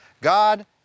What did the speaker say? God